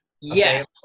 yes